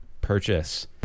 purchase